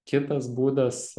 kitas būdas